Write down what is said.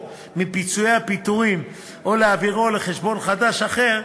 מפיצויי הפיטורים או להעבירו לחשבון חדש אחר,